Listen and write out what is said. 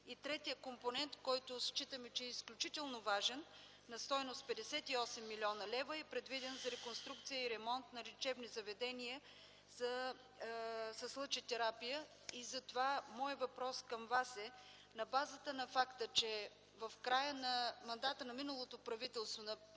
Третият компонент, който считаме, че е изключително важен е на стойност 58 млн. лв. и е предвиден за реконструкция и ремонт на лечебни заведения с лъчетерапия. Моят въпрос към Вас е – на базата на факта, че в края на мандата на миналото правителство, на